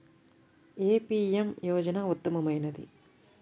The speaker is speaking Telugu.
ఏ పీ.ఎం యోజన ఉత్తమమైనది?